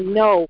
no